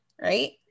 right